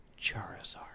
Charizard